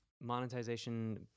Monetization